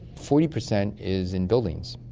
forty per cent is in buildings,